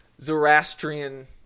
zoroastrian